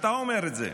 אתה אומר את זה,